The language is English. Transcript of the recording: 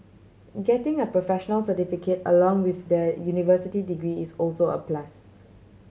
getting a professional certificate along with their university degree is also a plus